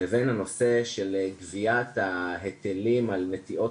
לבין הנושא של גביית ההיטלים על נטיעות